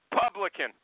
publican